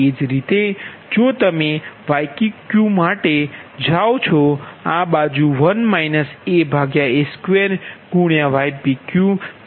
એ જ રીતે જો તમે yqq માટે જાઓ છો આ બાજુ a2ypq